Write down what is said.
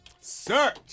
Search